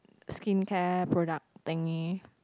skincare product thingy